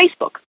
Facebook